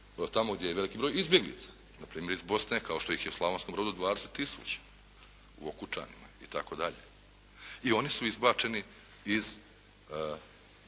tamo gdje je veliki broj izbjeglica, dakle ima ih iz Bosne kao što ih je u Slavonskom Brodu 20 tisuća, u Okučanima itd. I oni su izbačeni iz